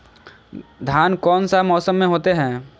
धान कौन सा मौसम में होते है?